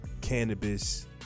cannabis